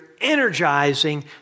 energizing